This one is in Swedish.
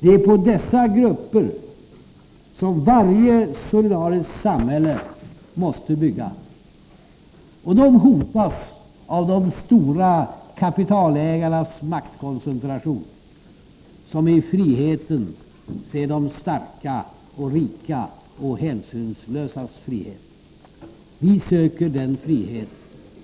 Det är på dessa grupper varje solidariskt samhälle måste bygga, och de hotas av de stora kapitalägarnas maktkoncentration, som i friheten ser de starkas och rikas och hänsynslösas frihet. Vi söker den frihet